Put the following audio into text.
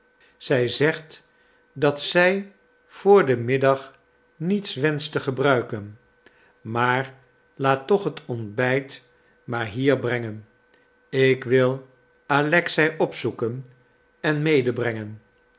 zij zegt dat zij voor den middag niets wenscht te gebruiken maar laat toch het ontbijt maar hier brengen ik wil alexei opzoeken en